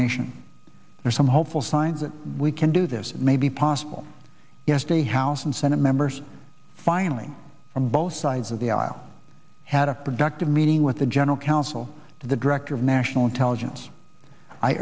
nation for some hopeful signs that we can do this may be possible yesterday house and senate members finally from both sides of the aisle had a productive meeting with the general counsel to the director of national intelligence i